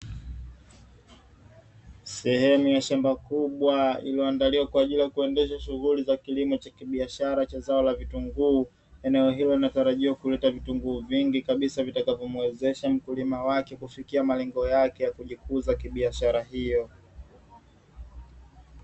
Sehemu ya shamba kubwa, iliyoandaliwa kwa ajili ya kuendesha shughuli za kilimo cha kibiashara, cha zao la Vitunguu, eneo hilo linatarajiwa kuleta vitunguu vingi kabisa, vitakavyomuwezesha mkulima wake, kufikia majengo yake ya kujikuza kibiashara hiyo.